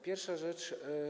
Pierwsza rzecz.